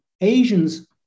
Asians